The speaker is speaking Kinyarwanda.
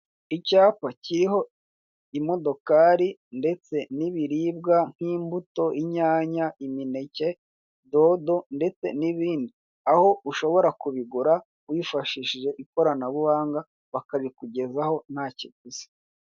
Icyapa kiriho imodokari ndetse n'ibiribwa nk'imbuto, inyanya, imineke, dodo ndetse n'ibindi aho ushobora kubigura wifashishije ikoranabuhanga bakabikugezaho nta kiguzi.